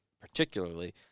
particularly